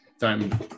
time